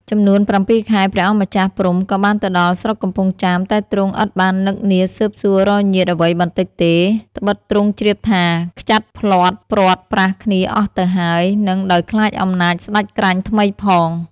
ចំនួន ៧ ខែ ព្រះអង្គម្ចាស់ព្រហ្មក៏បានទៅដល់ស្រុកកំពង់ចាមតែទ្រង់ឥតបាននឹកនាស៊ើបសួររកញាតិអ្វីបន្តិចទេ ដ្បិតទ្រង់ជ្រាបថាខ្ចាត់ភ្លាត់ព្រាត់ប្រាសគ្នាអស់ទៅហើយ នឹងដោយខ្លាចអំណាចស្ដេចក្រាញ់ថ្មីផង ។